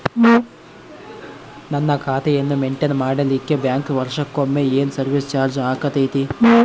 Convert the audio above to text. ನನ್ನ ಖಾತೆಯನ್ನು ಮೆಂಟೇನ್ ಮಾಡಿಲಿಕ್ಕೆ ಬ್ಯಾಂಕ್ ವರ್ಷಕೊಮ್ಮೆ ಏನು ಸರ್ವೇಸ್ ಚಾರ್ಜು ಹಾಕತೈತಿ?